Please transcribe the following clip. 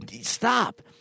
stop